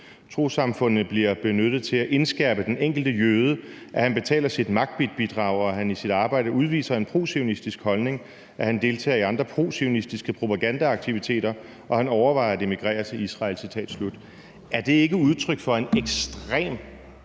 Trossamfundene bliver benyttet til at indskærpe den enkelte jøde, at han betaler sit magbit-bidrag, og at han i sit arbejde udviser en prozionistisk holdning, at han deltager i andre prozionistiske propagandaaktiviteter, og at han overvejer at emigrere til Israel. Citat slut. Er det ikke udtryk for en ekstremt